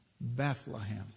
Bethlehem